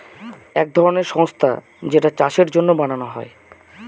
এক ধরনের সংস্থা যেইটা চাষের জন্য বানানো হয়